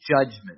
judgment